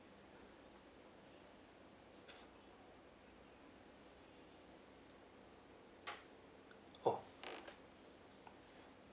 oh